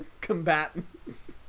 combatants